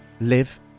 live